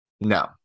No